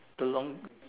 too long